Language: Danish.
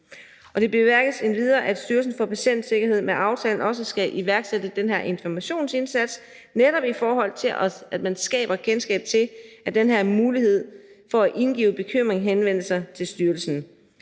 Det bemærkes endvidere, at Styrelsen for Patientsikkerhed med aftalen også skal iværksætte den her informationsindsats netop for at skabe et kendskab til den her mulighed for at indgive bekymringshenvendelser til styrelsen.